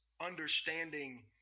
understanding